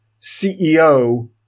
CEO